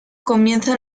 comienza